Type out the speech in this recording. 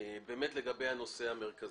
פתיחה לגבי הנושא המרכזי.